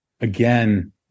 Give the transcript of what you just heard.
again